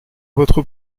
votre